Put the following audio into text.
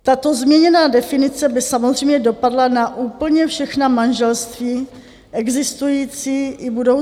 Tato změněná definice by samozřejmě dopadla na úplně všechna manželství, existující i budoucí.